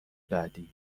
بعدی